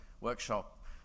workshop